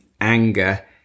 anger